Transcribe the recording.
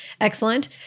excellent